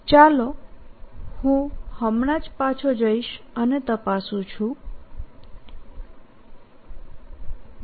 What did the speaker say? ચાલો સંદર્ભ સમય 0556 હું હમણાં જ પાછો જઈશ અને તપાસું છું m